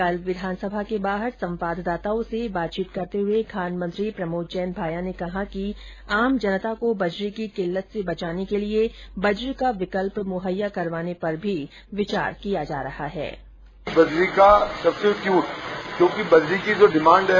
कल विधानसभा के बाहर संवाददाताओं से बातचीत करते हुए खान मंत्री प्रमोद जैन भाया ने कहा कि आम जनता को बजरी की किल्लत से बचाने के लिये बजरी का विकल्प मुहैया करवाने पर भी विचार किया जा रहा है